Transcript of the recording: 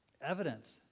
Evidence